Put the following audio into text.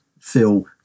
feel